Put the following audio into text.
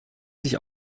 sich